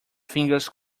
fingers